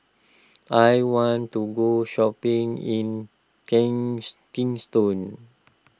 I want to go shopping in kings Kingston